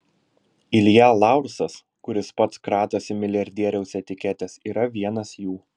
ilja laursas kuris pats kratosi milijardieriaus etiketės yra vienas jų